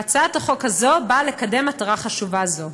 והצעת החוק הזאת באה לקדם מטרה חשובה זו.